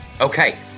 Okay